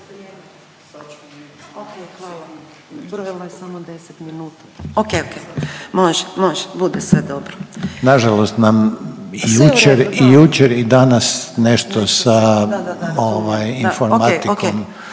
Nažalost nam i jučer i danas nešto sa informatikom